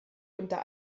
unter